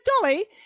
Dolly